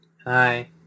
Hi